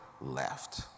left